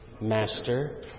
Master